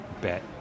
bet